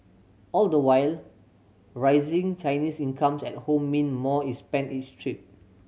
all the while rising Chinese incomes at home mean more is spent each trip